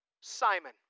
Simon